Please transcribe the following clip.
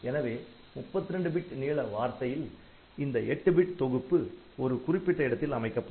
எனவே 32 பிட் நீள வார்த்தையில் இந்த 8 பிட் தொகுப்பு ஒரு குறிப்பிட்ட இடத்தில் அமைக்கப்படும்